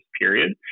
period